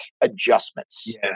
adjustments